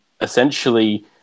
essentially